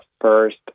first